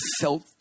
felt